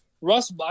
Russ